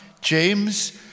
James